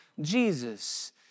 Jesus